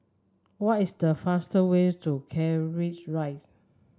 what is the fastest way to Keris Rive